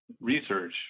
research